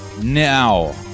Now